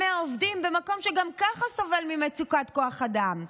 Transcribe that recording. עובדים במקום שגם ככה סובל ממצוקת כוח אדם.